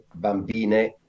bambine